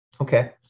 okay